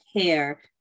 care